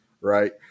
right